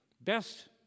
Best